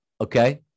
Okay